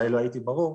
אולי לא הייתי ברור,